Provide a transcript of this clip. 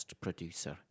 producer